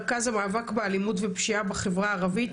רכז המאבק באלימות ופשיעה בחברה הערבית,